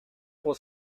was